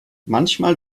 manchmal